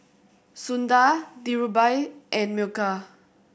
Sundar Dhirubhai and Milkha